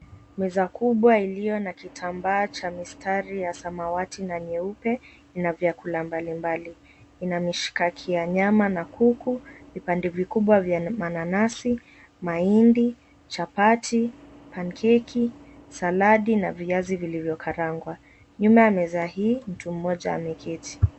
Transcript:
Meaza kubwa iliyo na kitambaa cha mistaria samawati na nyeupe ina vyakula mbalimbali ina mshikaki ya nyama na kuku, vipande vikubwa vya mananasi, maahindi, chapati, panikeki , saladi na viazi vilivyo karangwa. Nyuma ya meza hii mtu mmoja ameketi.